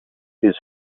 his